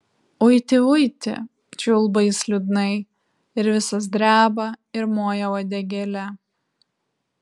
uiti uiti čiulba jis liūdnai ir visas dreba ir moja uodegėle